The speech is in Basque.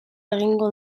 egingo